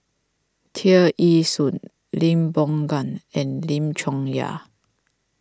Tear Ee Soon Lee Boon Ngan and Lim Chong Yah